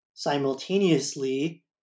simultaneously